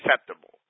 acceptable